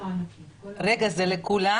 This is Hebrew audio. רגע, זה לכולם